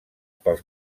pels